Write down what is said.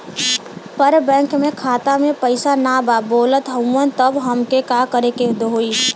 पर बैंक मे खाता मे पयीसा ना बा बोलत हउँव तब हमके का करे के होहीं?